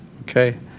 okay